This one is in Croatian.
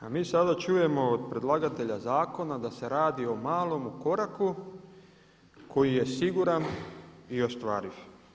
A mi sada čujemo od predlagatelja zakona da se radi o malom koraku koji je siguran i ostvariv.